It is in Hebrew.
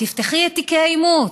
תפתחי את תיקי האימוץ,